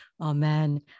Amen